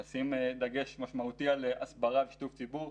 לשים דגש משמעותי על הסברה ושיתוף ציבור.